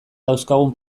dauzkagun